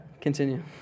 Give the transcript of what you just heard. continue